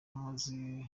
amaze